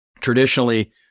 Traditionally